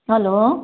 hello